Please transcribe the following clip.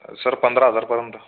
sir पंधरा हजारपर्यंत